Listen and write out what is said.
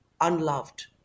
unloved